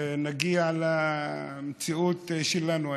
ונגיע למציאות שלנו היום.